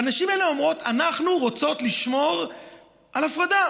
והנשים האלה אומרות: אנחנו רוצות לשמור על הפרדה,